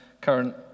current